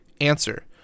Answer